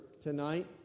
tonight